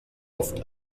oft